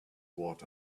what